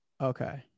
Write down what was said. Okay